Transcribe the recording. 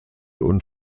und